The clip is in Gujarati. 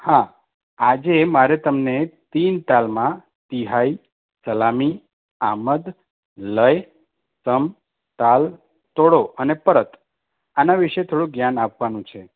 હા આજે મારે તમને તીન તાલમાં તિહાઈ સલામી આમદ લય સમ તાલ તોડો અને પરત આના વિષે થોડુંક જ્ઞાન આપવાનું છે